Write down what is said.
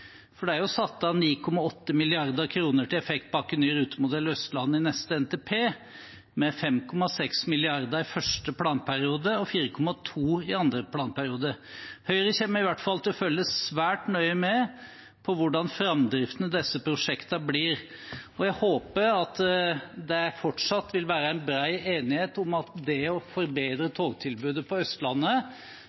for det er satt av 9,8 mrd. kr til effektpakken Ny rutemodell Østlandet i neste NTP, med 5,6 mrd. kr i første planperiode og 4,2 mrd. kr i andre planperiode. Høyre kommer i hvert fall til å følge svært nøye med på hvordan framdriften i disse prosjektene blir, og jeg håper at det fortsatt vil være bred enighet om at det å forbedre togtilbudet på Østlandet